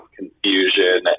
confusion